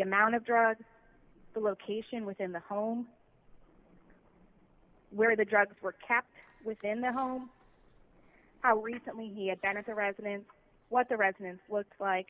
amount of drugs the location within the home where the drugs were kept within the home how recently he had entered the residence what the residence looks like